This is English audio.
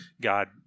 God